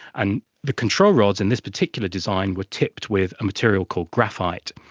and the control rods in this particular design were tipped with a material called graphite,